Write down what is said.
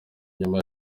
nyuma